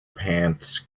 pants